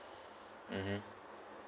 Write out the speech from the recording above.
mmhmm